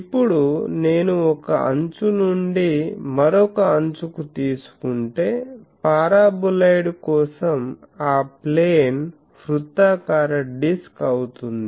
ఇప్పుడు నేను ఒక అంచు నుండి మరొక అంచుకు తీసుకుంటే పారాబొలాయిడ్ కోసం ఆ ప్లేన్ వృత్తాకార డిస్క్ అవుతుంది